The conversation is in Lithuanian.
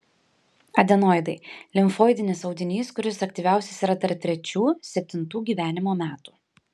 adenoidai limfoidinis audinys kuris aktyviausias yra tarp trečių septintų gyvenimo metų